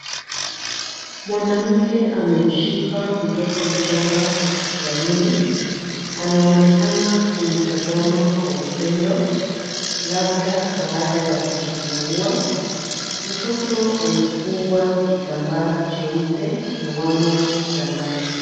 Mwanamke amemshika mtoto mchanga hospitalini. Anaonekana kumtazana kwa upendo labda baada ya kujifungua. Mtoto amefungwa kitambaa cheupe na wamo kitandani.